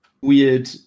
weird